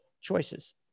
choices